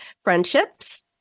friendships